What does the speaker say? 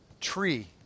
tree